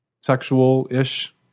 sexual-ish